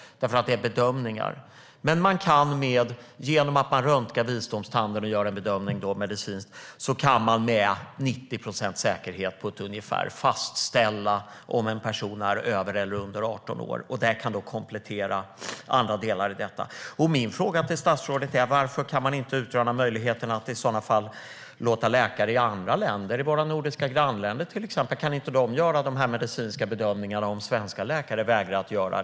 Det är fråga om bedömningar. Genom att röntga visdomstanden och göra en medicinsk bedömning kan man med ungefär 90 procents säkerhet fastställa om en person är över eller under 18 år. Det kan komplettera andra delar. Varför kan man inte utreda möjligheten att i sådana fall låta läkare i andra länder, i till exempel våra nordiska grannländer, göra de medicinska bedömningar som svenska läkare vägrar att göra?